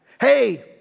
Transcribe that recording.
Hey